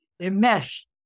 enmeshed